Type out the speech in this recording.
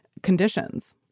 conditions